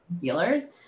dealers